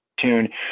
tune